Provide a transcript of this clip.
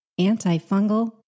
antifungal